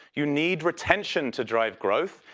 you need retention to drive growth.